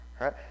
right